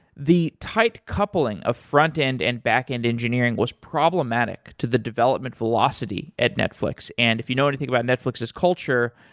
the tight coupling of frontend and backend engineering was problematic to the development velocity at netflix, and if you know anything about netflix, tis culture,